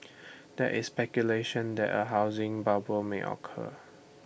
there is speculation that A housing bubble may occur